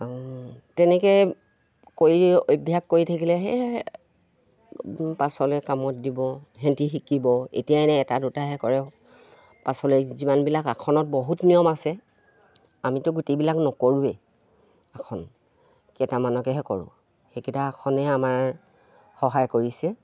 তেনেকে কৰি অভ্যাস কৰি থাকিলে সেয়েহে পাছলে কামত দিব সিহঁতি শিকিব এতিয়া এনেই এটা দুটাহে কৰে পাছলৈ যিমানবিলাক আসনত বহুত নিয়ম আছে আমিতো গোটেইবিলাক নকৰোঁৱেই আসন কেইটামানকেহে কৰোঁ সেইকেইটা আসনে আমাৰ সহায় কৰিছে